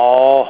orh